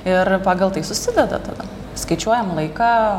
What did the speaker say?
ir pagal tai susideda tada skaičiuojam laiką